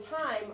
time